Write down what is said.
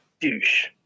Douche